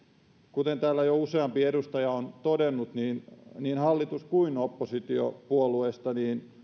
kuten täällä jo useampi edustaja on todennut niin hallitus kuin oppositiopuolueista